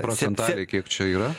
procentaliai kiek čia yra